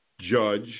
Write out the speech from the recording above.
Judge